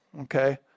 okay